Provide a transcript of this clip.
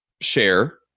share